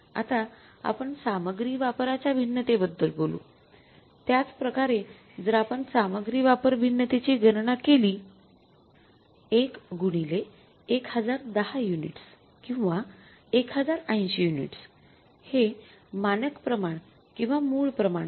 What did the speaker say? आता आपण सामग्री वापरा च्या भिन्नतेबद्दल बोलू त्याच प्रकारे जर आपण सामग्री वापर भिन्नतेची गणना केली तर येईल १ गुणिले १०१० युनिट्स किंवा १०८० युनिट्स हे मानक प्रमाण किंवा मूळ प्रमाण आहे